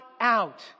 out